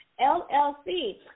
LLC